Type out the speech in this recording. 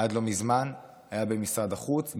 עד לא מזמן היה במשרד החוץ,